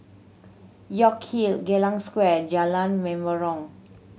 York Hill Geylang Square Jalan Menarong